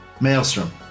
Maelstrom